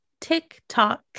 TikTok